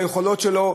ביכולות שלו,